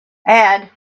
add